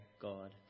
God